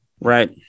Right